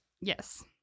Yes